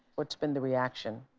what's been the reaction?